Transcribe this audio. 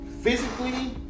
physically